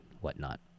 whatnot